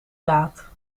daad